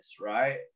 right